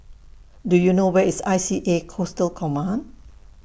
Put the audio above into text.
Do YOU know Where IS I C A Coastal Command